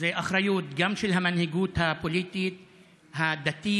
זאת אחריות גם של המנהיגות הפוליטית הדתית,